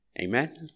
Amen